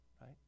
Right